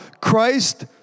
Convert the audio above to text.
Christ